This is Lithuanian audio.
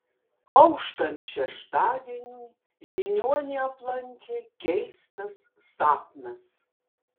auštant šeštadieniui žiniuonį aplankė keistas sapnas